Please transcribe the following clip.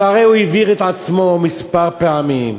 הרי הוא הבהיר את עצמו כמה פעמים.